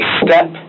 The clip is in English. step